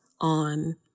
on